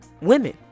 women